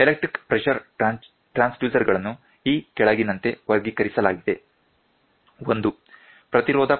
electric pressure transducer ಗಳನ್ನು ಈ ಕೆಳಗಿನಂತೆ ವರ್ಗೀಕರಿಸಲಾಗಿದೆ 1